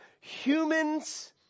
humans